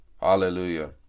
Hallelujah